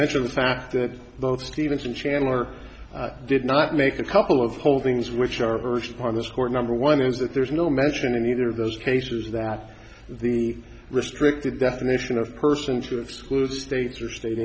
mention the fact that both stevenson channeler did not make a couple of holdings which are urged on this court number one is that there's no mention in either of those cases that the restricted definition of person to exclude states or state